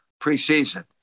preseason